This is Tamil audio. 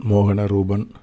மோகனரூபன்